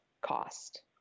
cost